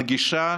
נגישה